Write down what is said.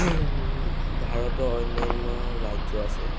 ভাৰতৰ অন্যান্য ৰাজ্য আছে